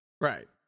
Right